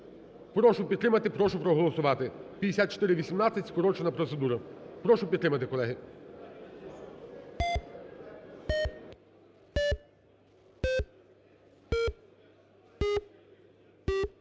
Прошу підтримати. Прошу проголосувати. 5418, скорочена процедура. Прошу підтримати, колеги.